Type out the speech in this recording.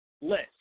list